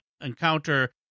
encounter